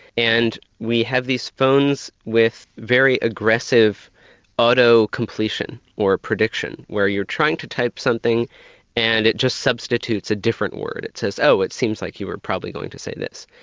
and we have these phones with very aggressive auto-completion, or prediction, where you're trying to type something and it just substitutes a different word, it says oh it seems like you were probably going to say this.